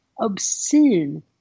obscene